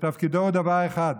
שתפקידו הוא דבר אחד: